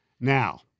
Now